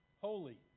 Holy